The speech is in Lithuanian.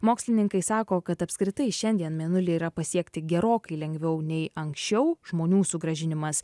mokslininkai sako kad apskritai šiandien mėnulį yra pasiekti gerokai lengviau nei anksčiau žmonių sugrąžinimas